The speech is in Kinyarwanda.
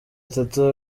atatu